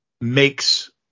makes